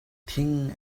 thing